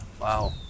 Wow